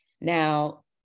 Now